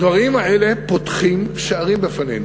הדברים האלה פותחים שערים בפנינו.